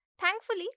Thankfully